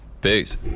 Peace